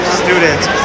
students